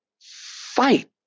fight